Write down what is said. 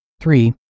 Three